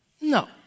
No